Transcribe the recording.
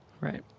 Right